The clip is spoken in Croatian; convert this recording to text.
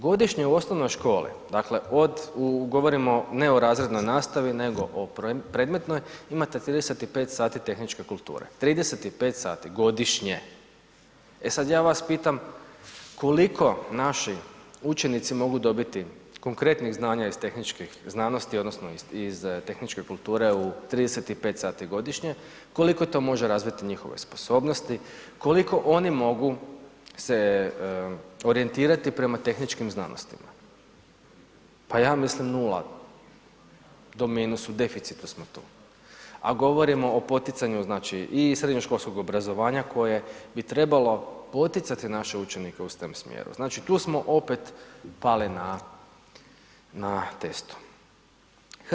Godišnje u osnovnoj školi, dakle od, govorimo ne o razrednoj nastavi, nego o predmetnoj, imate 35 sati tehničke kulture, 35 sati godišnje, e sad ja vas pitam koliko naši učenici mogu dobiti konkretnih znanja iz tehničkih znanosti odnosno iz tehničke kulture u 35 sati godišnje, koliko to može razviti njihove sposobnosti, koliko oni mogu se orijentirati prema tehničkim znanostima, pa ja mislim nula do minus, u deficitu smo tu, a govorimo o poticanju, znači i srednjoškolskog obrazovanja koje bi trebalo poticati naše učenike u stem smjeru, znači tu smo opet pali na, na testu.